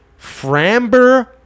Framber